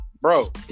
Bro